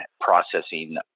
processing